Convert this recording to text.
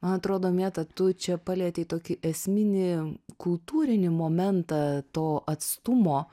man atrodo mėta tu čia palietei tokį esminį kultūrinį momentą to atstumo